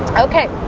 okay,